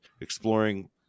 exploring